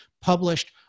published